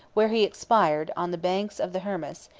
where he expired, on the banks of the hermus,